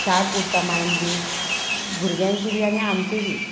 sharp उरता mind बी भुरग्यांची बी आनी आमची बी